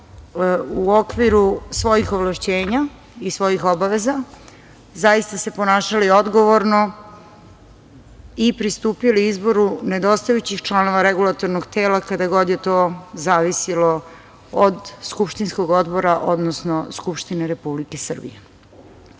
u okviru svojih ovlašćenja i svojih obaveza, zaista se ponašali odgovorno i pristupili izboru nedostajućih članova REM-a, kada god je to zavisilo od skupštinskog Odbora, odnosno Skupštine Republike Srbije. Danas,